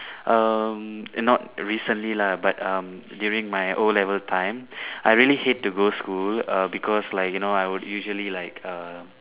um not recently lah but um during my O-level time I really hate to go school err because like you know I would usually like err